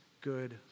good